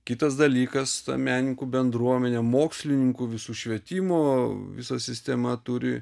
kitas dalykas ta menininkų bendruomenė mokslininkų visų švietimo visa sistema turi